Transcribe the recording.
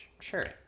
sure